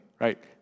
right